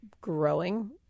growing